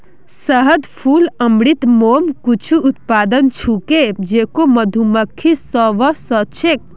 शहद, फूल अमृत, मोम कुछू उत्पाद छूके जेको मधुमक्खि स व स छेक